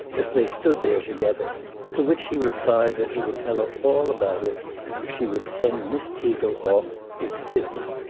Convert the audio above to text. as they stood there together to which he replied that he would tell her all about it if she would send miss teagle off with sidney.